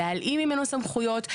להלאים ממנו סמכויות.